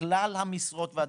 בכלל המשרות והדירוגים.